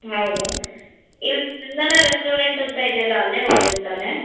ಹೌದಾ ಇಲ್ಲಿ ಸ್ಪಂದನ ರೆಸ್ಟೋರೆಂಟ್ ಅಂತ ಇದೆಯಲ್ಲ ಅಲ್ಲೇ ಹೋಗಬೇಕು ತಾನೇ